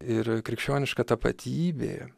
ir krikščioniška tapatybė